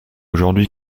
aujourd’hui